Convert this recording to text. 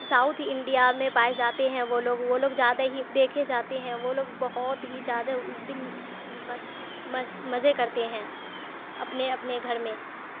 south India میں پائے جاتے ہیں وہ لوگ وہ لوگ زیادہ ہی دیکھے جاتے ہیں وہ لوگ بہت ہی زیادہ اس دن مست مزے کرتے ہیں اپنے اپنے گھر میں